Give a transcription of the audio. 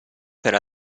per